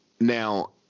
Now